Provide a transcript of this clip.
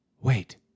Wait